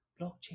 blockchain